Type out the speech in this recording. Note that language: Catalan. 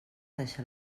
deixar